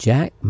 Jack